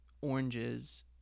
oranges